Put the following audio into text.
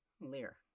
Lear